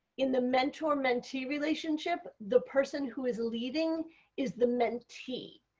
in the mentor mentee relationship the person who is leading is the mentee.